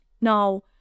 Now